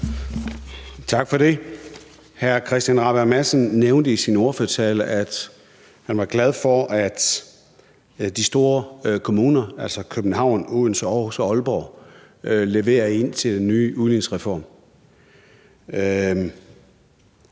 Tak for det. Hr. Christian Rabjerg Madsen nævnte i sin ordførertale, at man var glad for, at de store kommuner, altså København, Odense, Aarhus og Aalborg, leverer ind til den nye udligningsreform.